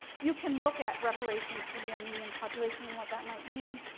you can look at reparations for the armenian population and what that might mean.